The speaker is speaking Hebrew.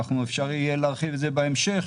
אפשר יהיה להרחיב את זה בהמשך,